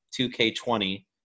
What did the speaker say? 2K20